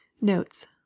Notes